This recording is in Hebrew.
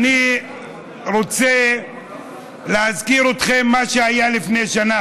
אני רוצה להזכיר לכם מה היה לפני שנה.